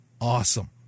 awesome